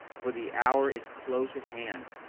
for the hour is close at hand,